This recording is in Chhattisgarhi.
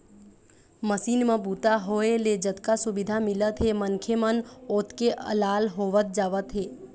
मसीन म बूता होए ले जतका सुबिधा मिलत हे मनखे मन ओतके अलाल होवत जावत हे